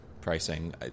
pricing